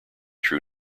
true